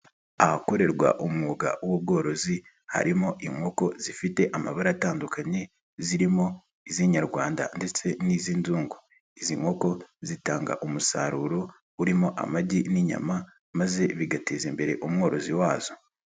Ahakorerwa umwuga w'ubworozi harimo inkoko zifite amabara atandukanye zirimo iz'inyarwanda ndetse n'iz'inzungu, izi nkoko zitanga umusaruro urimo amagi n'inyama maze bigateza imbere umworozi wazo.